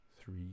three